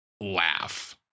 laugh